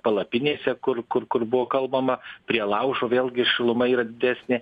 palapinėse kur kur kur buvo kalbama prie laužo vėlgi šiluma yra didesnė